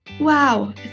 Wow